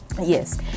yes